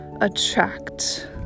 attract